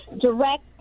direct